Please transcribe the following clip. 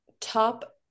top